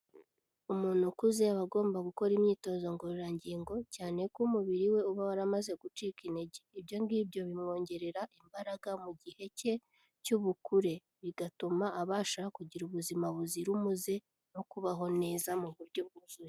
Umuntu ukuze aba agomba gukora imyitozo ngororangingo, cyane ko umubiri we uba waramaze gucika intege, ibyo ngibyo bimwongerera imbaraga mu gihe cye cy'ubukure, bigatuma abasha kugira ubuzima buzira umuze no kubaho neza mu buryo bwuzuye.